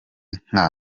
nka